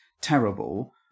terrible